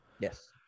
Yes